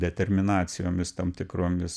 determinacijomis tam tikromis